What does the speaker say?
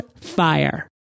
fire